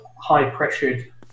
high-pressured